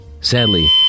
Sadly